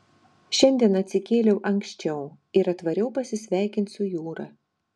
šiandien atsikėliau anksčiau ir atvariau pasisveikint su jūra